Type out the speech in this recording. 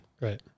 right